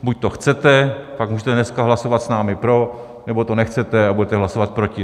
Buď to chcete, pak můžete dneska hlasovat s námi pro, nebo to nechcete a budete hlasovat proti.